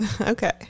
Okay